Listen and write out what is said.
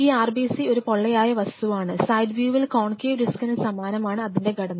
ഈ RBC ഒരു പൊള്ളയായ വസ്തുവാണ് സൈഡ് വ്യൂവിൽ കോൺകേവ് ഡിസ്കിന് സമാനമാണ് അതിൻറെ ഘടന